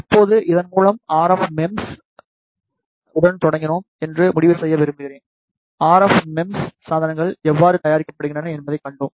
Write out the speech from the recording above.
இப்போது இதன் மூலம் நாங்கள் ஆர்எஃப் மெம்ஸ் உடன் தொடங்கினோம் என்று முடிவு செய்ய விரும்புகிறேன் ஆர்எஃப் மெம்ஸ் சாதனங்கள் எவ்வாறு தயாரிக்கப்படுகின்றன என்பதைக் கண்டோம்